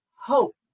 hope